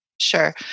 Sure